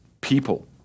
people